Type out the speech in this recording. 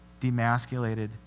demasculated